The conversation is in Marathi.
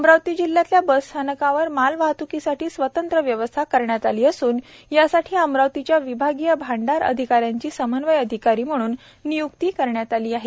अमरावती जिल्ह्यातल्या बस स्थानकावर मालवाहतूकीसाठी स्वतंत्र व्यवस्था करण्यात आली असून यासाठी अमरावतीच्या विभागीय भांडार अधिकाऱ्यांची समन्वय अधिकारी म्हणून नियुक्ती करण्यात आली आहे